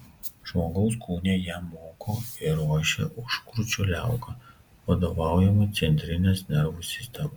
žmogaus kūne ją moko ir ruošia užkrūčio liauka vadovaujama centrinės nervų sistemos